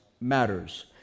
matters